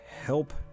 help